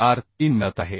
443 मिळत आहे